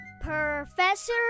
Professor